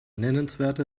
nennenswerte